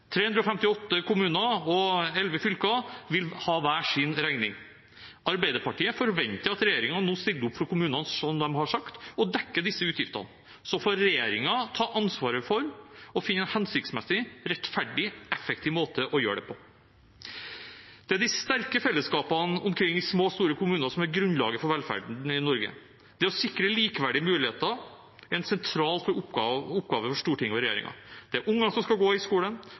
358 kommuner og 11 fylker vil ha hver sin regning. Arbeiderpartiet forventer at regjeringen nå stiller opp for kommunene, som de har sagt, og dekker disse utgiftene. Så får regjeringen ta ansvaret for å finne en hensiktsmessig, rettferdig og effektiv måte å gjøre det på. Det er de sterke fellesskapene omkring i små og store kommuner som er grunnlaget for velferden i Norge. Det å sikre likeverdige muligheter er en sentral oppgave for Stortinget og regjeringen. Det er barn som skal gå i